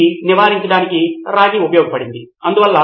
ఇది అనుసంధానించదగినదిగా చేయవచ్చు మరియు విషయాలు కూడా మెరుగు పరచవచ్చు